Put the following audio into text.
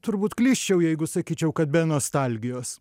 turbūt klysčiau jeigu sakyčiau kad be nostalgijos